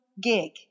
gig